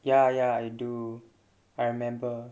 ya ya I do I remember